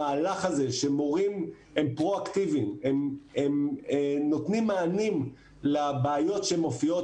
ויום המורה הוא איזשהו אבן-דרך משמעותית